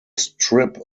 strip